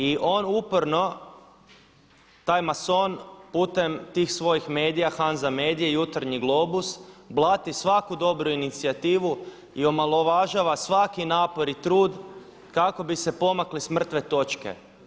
I on uporno taj mason putem tih svojih medija, Hanza medija, Jutarnji i Globus blati svaku dobru inicijativu i omalovažava svaki napor i trud kako bi se pomakli s mrtve točke.